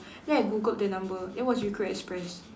then I Googled the number it was recruit express